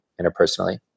Interpersonally